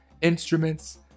instruments